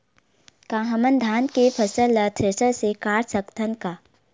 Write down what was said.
का हमन धान के फसल ला थ्रेसर से काट सकथन का?